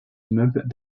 immeubles